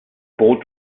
boot